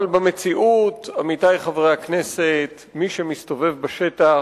אבל במציאות, עמיתי חברי הכנסת, מי שמסתובב בשטח,